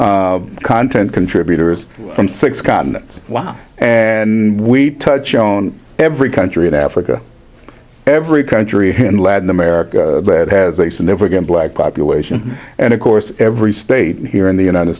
hundred content contributors from six continents and we touch own every country in africa every country in latin america that has a significant black population and of course every state here in the united